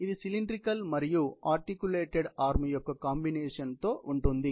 ఇది సిలిండ్రికల్ మరియు articulated arm యొక్క కాంబినేషన్ తో ఉంటుంది